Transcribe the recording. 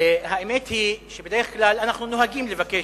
האמת היא שבדרך כלל אנחנו נוהגים לבקש,